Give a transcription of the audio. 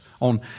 on